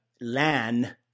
LAN